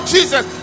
Jesus